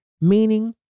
meaning